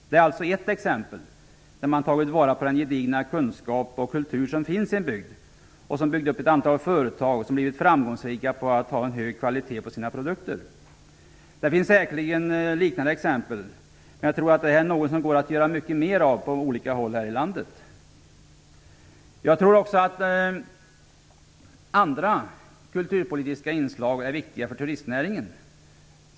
Allt detta är exempel på att man har tagit vara på den gedigna kunskap och kultur som finns i en bygd, som byggt upp ett antal företag som blivit framgångsrika genom att ha hög kvalitet på sina produkter. Det finns säkerligen liknande exempel. Jag tror att detta är något som går att göra mycket mera av på olika håll här i landet. Jag tror också att andra kulturpolitiska inslag är viktiga för turistnäringen.